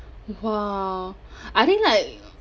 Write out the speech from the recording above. !wow! I think like